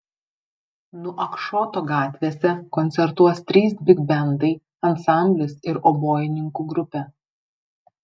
nuakšoto gatvėse koncertuos trys bigbendai ansamblis ir obojininkų grupė